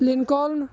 lincoln